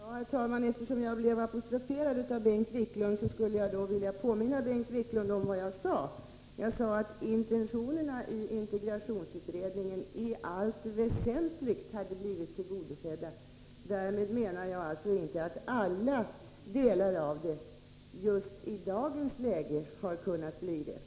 Herr talman! Eftersom jag blev apostroferad av Bengt Wiklund skulle jag vilja påminna honom om vad jag sade, nämligen att intentionerna i integrationsutredningen i allt väsentligt hade blivit tillgodosedda. Därmed menar jag inte att alla delar just i dagens läge har kunnat bli det.